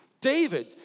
David